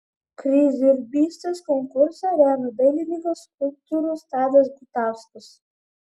kryždirbystės konkursą remia dailininkas skulptorius tadas gutauskas